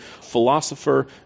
philosopher